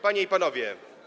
Panie i Panowie!